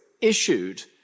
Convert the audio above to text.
issued